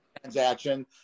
transaction